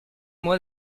moi